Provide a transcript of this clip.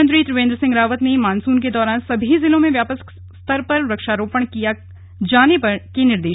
मुख्यमंत्री त्रिवेन्द्र सिंह रावत ने मानसून के दौरान सभी जिलों में व्यापक स्तर पर वृक्षारोपण किया करने के निर्दे